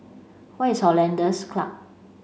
where is Hollandse Club